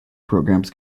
programs